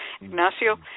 Ignacio